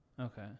Okay